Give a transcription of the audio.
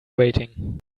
waiting